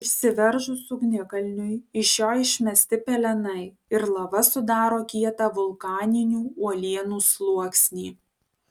išsiveržus ugnikalniui iš jo išmesti pelenai ir lava sudaro kietą vulkaninių uolienų sluoksnį